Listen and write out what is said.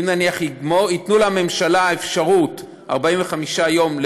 ייתנו לממשלה אפשרות למנות בתוך 45 יום.